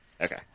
Okay